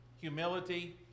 humility